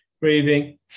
Breathing